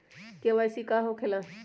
KYC का हो के ला?